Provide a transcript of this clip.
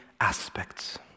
aspects